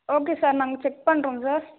okay sir நாங்கள் check பண்ணுறோங்க sir